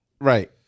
Right